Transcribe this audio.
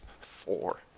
Four